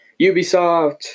Ubisoft